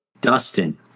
Dustin